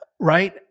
right